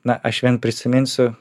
na aš vien prisiminsiu